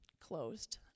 closed